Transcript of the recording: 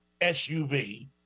SUV